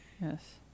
Yes